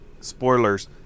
spoilers